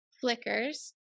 flickers